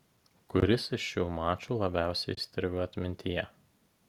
kuris iš šių mačų labiausiai įstrigo atmintyje